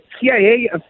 CIA